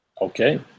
Okay